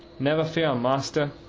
never fear, master!